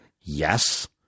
yes